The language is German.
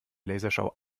lasershow